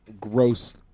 gross